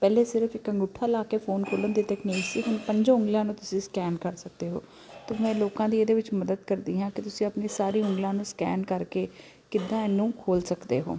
ਪਹਿਲੇ ਸਿਰਫ ਇੱਕ ਅੰਗੂਠਾ ਲਾ ਕੇ ਫੋਨ ਖੋਲ੍ਹਣ ਦੀ ਤਕਨੀਕ ਸੀ ਹੁਣ ਪੰਜ ਉਂਗਲਾਂ ਨੂੰ ਤੁਸੀਂ ਸਕੈਨ ਕਰ ਸਕਦੇ ਹੋ ਅਤੇ ਮੈਂ ਲੋਕਾਂ ਦੀ ਇਹਦੇ ਵਿੱਚ ਮਦਦ ਕਰਦੀ ਹਾਂ ਕਿ ਤੁਸੀਂ ਆਪਣੀ ਸਾਰੀ ਉਂਗਲਾਂ ਨੂੰ ਸਕੈਨ ਕਰਕੇ ਕਿੱਦਾਂ ਇਹਨੂੰ ਖੋਲ੍ਹ ਸਕਦੇ ਹੋ